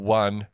one